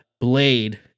Blade